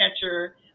catcher